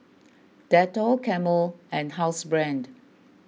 Dettol Camel and Housebrand